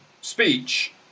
speech